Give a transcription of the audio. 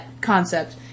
concept